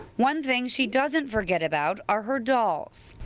one thing she doesn't forget about are her dolls.